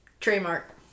Trademark